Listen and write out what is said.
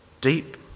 deep